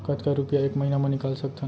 कतका रुपिया एक महीना म निकाल सकथन?